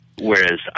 Whereas